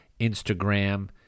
Instagram